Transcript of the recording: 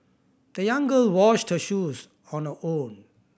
the young girl washed her shoes on her own